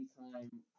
anytime